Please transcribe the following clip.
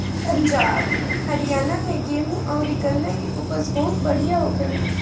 पंजाब, हरियाणा में गेंहू अउरी गन्ना के उपज बहुते बढ़िया होखेला